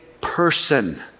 person